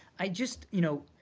i just you know